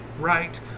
right